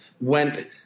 went